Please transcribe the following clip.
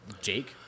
Jake